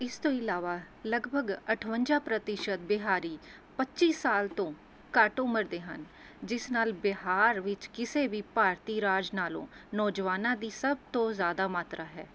ਇਸ ਤੋਂ ਇਲਾਵਾ ਲਗਭਗ ਅਠਵੰਜਾ ਪ੍ਰਤੀਸ਼ਤ ਬਿਹਾਰੀ ਪੱਚੀ ਸਾਲ ਤੋਂ ਘੱਟ ਉਮਰ ਦੇ ਹਨ ਜਿਸ ਨਾਲ਼ ਬਿਹਾਰ ਵਿੱਚ ਕਿਸੇ ਵੀ ਭਾਰਤੀ ਰਾਜ ਨਾਲੋਂ ਨੌਜਵਾਨਾਂ ਦੀ ਸਭ ਤੋਂ ਜ਼ਿਆਦਾ ਮਾਤਰਾ ਹੈ